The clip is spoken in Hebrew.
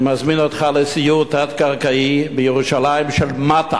אני מזמין אותך לסיור תת-קרקעי בירושלים של מטה,